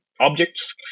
objects